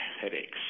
headaches